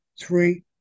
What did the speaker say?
three